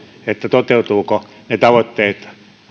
toteutuvatko ne tavoitteet